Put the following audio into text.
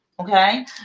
Okay